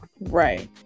Right